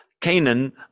Canaan